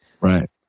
Right